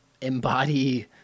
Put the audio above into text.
embody